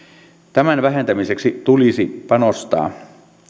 tämän vähentämiseksi tulisi panostaa